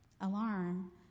alarm